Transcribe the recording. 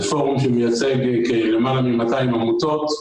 זה פורום שמייצג למעלה מ-200 עמותות,